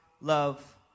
love